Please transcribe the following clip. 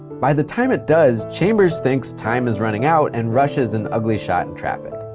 by the time it does, chambers thinks time is running out and rushes an ugly shot in traffic.